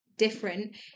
Different